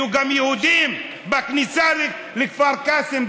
היו גם יהודים בכניסה לכפר קאסם,